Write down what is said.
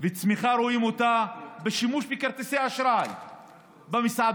ואת הצמיחה רואים בשימוש בכרטיסי אשראי במסעדות,